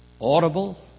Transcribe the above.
audible